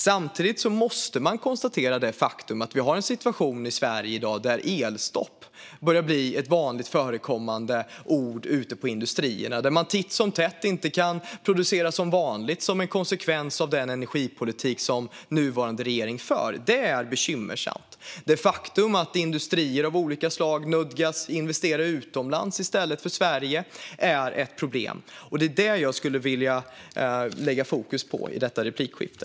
Samtidigt måste man konstatera det faktum att vi har en situation i Sverige i dag där elstopp börjar bli ett vanligt förekommande ord ute på industrierna där man titt som tätt inte kan producera som vanligt som en konsekvens av den energipolitik som nuvarande regering för. Det är bekymmersamt. Det faktum att industrier av olika slag nödgas investera utomlands i stället för i Sverige är ett problem. Det är det jag skulle vilja lägga fokus på i detta replikskifte.